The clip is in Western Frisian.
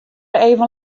even